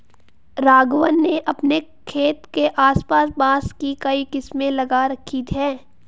राघवन ने अपने खेत के आस पास बांस की कई किस्में लगा रखी हैं